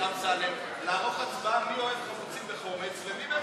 אמסלם לערוך הצבעה מי אוהב חמוצים בחומץ ומי,